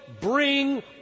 bring